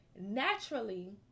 Naturally